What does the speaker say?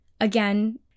Again